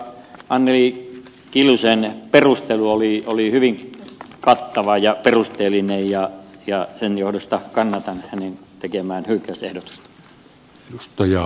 anneli kiljusen perustelu oli hyvin kattava ja perusteellinen ja sen johdosta kannatan hänen tekemäänsä hylkäysehdotusta